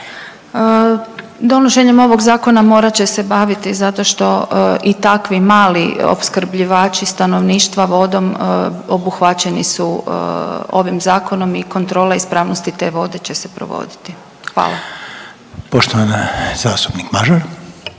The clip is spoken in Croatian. Donošenjem ovog zakona morat će se baviti zato što i takvi mali opskrbljivači stanovništva vodom obuhvaćeni su ovim zakonom i kontrola ispravnosti te vode će se provoditi. Hvala. **Reiner,